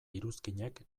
iruzkinek